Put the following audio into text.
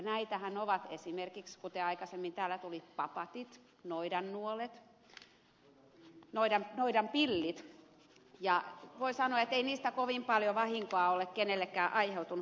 näitähän ovat esimerkiksi kuten aikaisemmin tuli esille papatit noidannuolet noidanpillit ja voi sanoa että ei niistä kovin paljon vahinkoa ole kenellekään aiheutunut